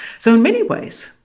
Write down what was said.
so in many ways,